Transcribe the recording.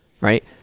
right